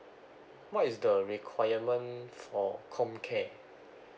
what is the requirement for com care